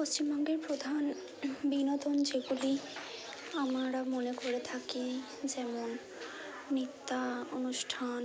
পশ্চিমবঙ্গের প্রধান বিনোদন যেগুলি আমরা মনে করে থাকি যেমন নৃত্যানুষ্ঠান